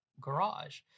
garage